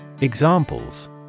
Examples